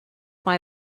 why